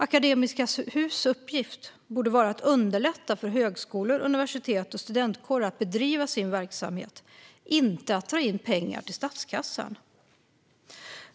Akademiska Hus uppgift borde vara att underlätta för högskolor, universitet och studentkårer att bedriva sin verksamhet, inte att dra in pengar till statskassan.